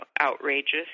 outrageous